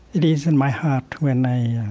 it is in my heart when i